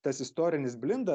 tas istorinis blinda